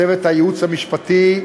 צוות הייעוץ המשפטי,